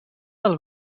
del